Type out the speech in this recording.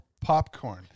popcorn